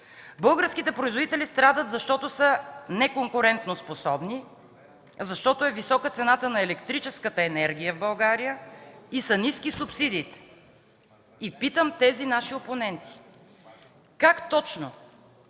българските производители страдат, защото са неконкурентоспособни, защото е висока цената на електрическата енергия в България и са ниски субсидиите. Питам тези наши опоненти: как точно